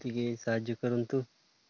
ଟିକେ ସାହାଯ୍ୟ କରନ୍ତୁ